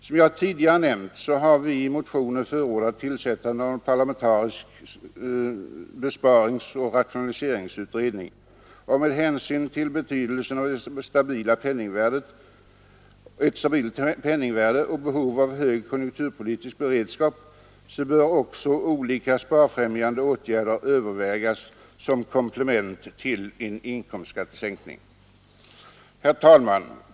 Som jag tidigare nämnt har vi i motion förordnat tillsättandet av en parlamentarisk besparingsoch rationaliseringsutredning, och med hänsyn till betydelsen av ett stabilt penningvärde och behovet av hög konjunkturpolitisk beredskap bör också olika sparfrämjande åtgärder övervägas som komplement till en Herr talman!